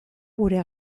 gure